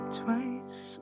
twice